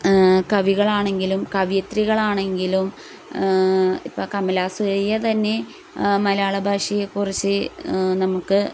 കവികളാണെങ്കിലും കവയത്രികളാണെങ്കിലും ഇപ്പോൾ കമലാസുരയ്യ തന്നെ മലയാള ഭാഷയെക്കുറിച്ച് നമുക്ക്